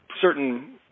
certain